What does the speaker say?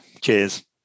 Cheers